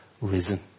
risen